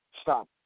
stop